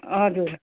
हजुर